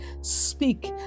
Speak